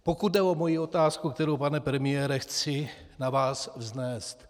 Pokud jde o moji otázku, kterou, pane premiére, chci na vás vznést.